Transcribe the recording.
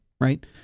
right